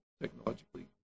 technologically